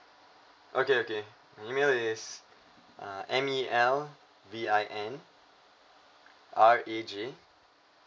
okay okay my email is uh M E L V I N R A J